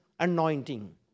anointing